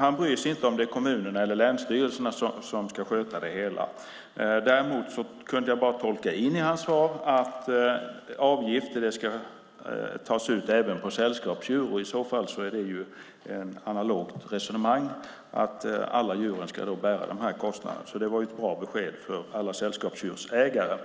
inte bryr sig om huruvida det är kommunerna eller länsstyrelserna som sköter det hela. Däremot kunde jag tolka hans svar som att det ska tas ut avgifter även på sällskapsdjur. Det betyder att alla djur ska bära kostnaden. Det var ett besked till alla sällskapsdjursägare.